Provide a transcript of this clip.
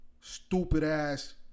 stupid-ass